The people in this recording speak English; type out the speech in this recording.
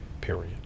period